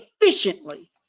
efficiently